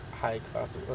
high-class